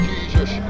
Jesus